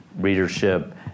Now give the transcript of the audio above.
readership